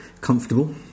comfortable